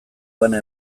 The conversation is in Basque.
bana